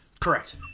Correct